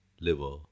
liver